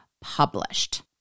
published